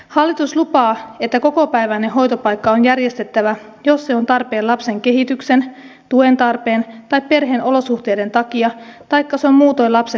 hallitus lupaa että kokopäiväinen hoitopaikka on järjestettävä jos se on tarpeen lapsen kehityksen tuen tarpeen tai perheen olosuhteiden takia taikka se on muutoin lapsen edun mukaista